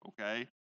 okay